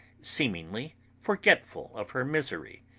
seemingly forgetful of her misery.